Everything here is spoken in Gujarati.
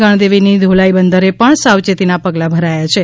ગણદેવીની ધોલાઇ બંદરે પણ સાવચેતીના પગલાં ભરાયા છે